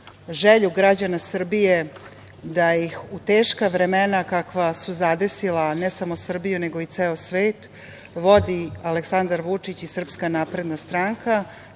želju građana Srbije da ih u teška vremena, kakva su zadesila ne samo Srbiju, nego i ceo svet, vodi Aleksandar Vučić i Srpska napredna stranka,